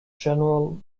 general